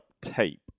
tape